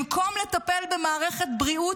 במקום לטפל במערכת הבריאות,